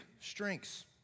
strengths